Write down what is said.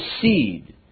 seed